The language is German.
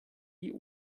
die